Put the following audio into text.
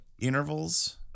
intervals